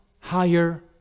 higher